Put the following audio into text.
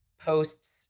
posts